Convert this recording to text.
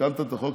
תיקנת את החוק,